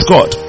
God